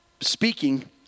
speaking